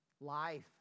life